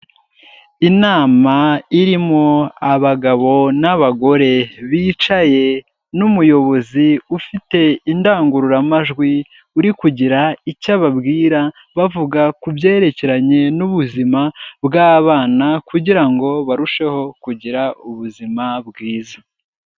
Inama irimo abagabo n'abagore, bicaye n'umuyobozi ufite indangururamajwi, uri kugira icyo ababwira bavuga ku byerekeranye n'ubuzima bw'abana kugira ngo barusheho kugira ubuzima bwiza.